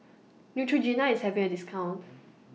Neutrogena IS having A discount